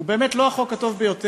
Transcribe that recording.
הוא באמת לא היה החוק הטוב ביותר